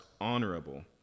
honorable